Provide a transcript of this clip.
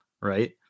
Right